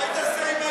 אל תעשה עם היד.